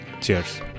Cheers